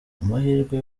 amahirwe